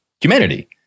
humanity